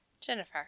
Jennifer